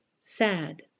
sad